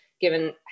given